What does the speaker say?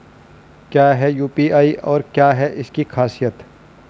क्या है यू.पी.आई और क्या है इसकी खासियत?